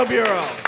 Bureau